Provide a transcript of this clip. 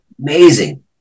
amazing